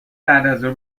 بعدازظهر